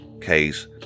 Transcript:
case